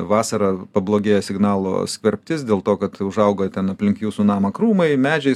vasarą pablogėja signalo skverbtis dėl to kad užaugo ten aplink jūsų namą krūmai medžiai